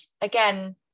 again